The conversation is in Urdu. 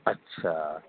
اچھا